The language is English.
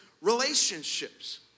relationships